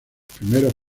primeros